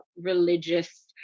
religious